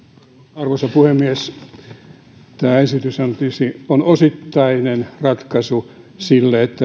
arvoisa puhemies tämä esityshän tietysti on osittainen ratkaisu siihen että